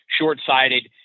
short-sighted